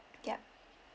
ya